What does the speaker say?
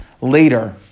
later